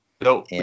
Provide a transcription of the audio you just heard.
No